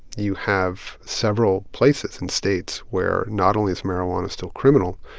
you have several places and states where, not only is marijuana still criminal,